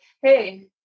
Hey